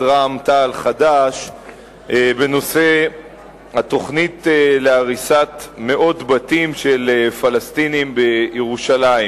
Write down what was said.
רע"ם-תע"ל חד"ש בנושא התוכנית להריסת מאות בתים של פלסטינים בירושלים.